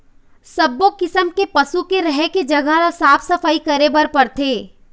सब्बो किसम के पशु के रहें के जघा ल साफ सफई करे बर परथे